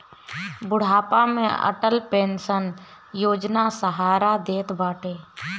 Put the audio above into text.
बुढ़ापा में अटल पेंशन योजना सहारा देत बाटे